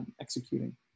executing